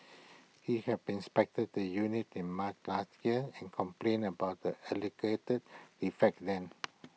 he had inspected the unit in March last year and complained about the alleged defects then